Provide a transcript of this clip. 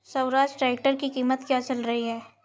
Swaraj tractor की कीमत क्या चल रही है?